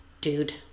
dude